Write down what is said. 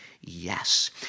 yes